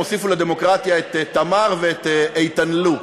הן הוסיפו לדמוקרטיה את תמר ואת איתן-לו,